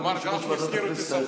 אדוני יושב-ראש ועדת הכנסת,